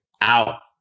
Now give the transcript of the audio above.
out